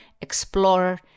explorer